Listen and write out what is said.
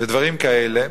ודברים כאלה,